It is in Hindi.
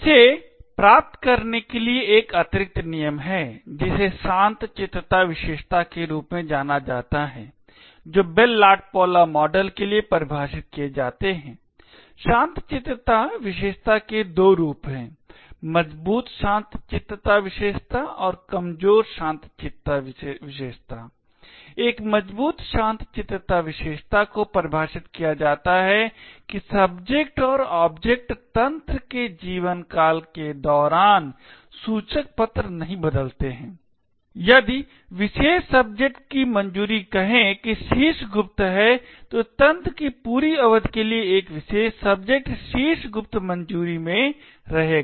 इसे प्राप्त करने के लिए एक अतिरिक्त नियम है जिसे शान्तचित्तता विशेषता के रूप में जाना जाता है जो बेल लाडुपुला मॉडल के लिए परिभाषित किए जाते हैं शान्तचित्तता विशेषता के दो रूप हैं मजबूत शान्तचित्तता विशेषता और कमजोर शान्तचित्तता विशेषता एक मजबूत शान्तचित्तता विशेषता को परिभाषित किया जाता है कि सब्जेक्ट और ऑब्जेक्ट तंत्र के जीवनकाल के दौरान सूचक पत्र नहीं बदलते हैं यदि विशेष सब्जेक्ट की मंजूरी कहें कि शीर्ष गुप्त है तो तंत्र की पूरी अवधि के लिए एक विशेष सब्जेक्ट शीर्ष गुप्त मंजूरी में रहेगा